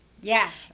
Yes